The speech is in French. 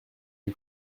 lui